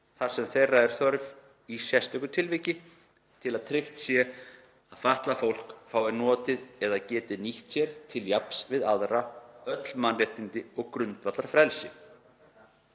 þar sem þeirra er þörf í sérstöku tilviki, til þess að tryggt sé að fatlað fólk fái notið eða geti nýtt sér, til jafns við aðra, öll mannréttindi og grundvallarfrelsi.““